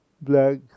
Black